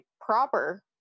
proper